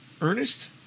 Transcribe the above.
Ernest